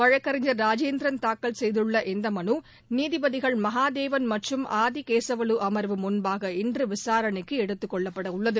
வழக்கறிஞர் ராஜேந்திரன் தாக்கல் செய்துள்ள இந்த மனு நீதிபதிகள் மகாதேவன் மற்றும் ஆதி கேசவலு அம்வு முன்பாக இன்று விசாரணைக்கு எடுத்துக் கொள்ளப்பட உள்ளது